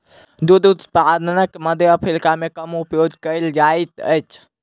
दूध उत्पादनक मध्य अफ्रीका मे कम उपयोग कयल जाइत अछि